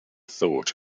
thought